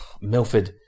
Milford